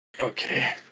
Okay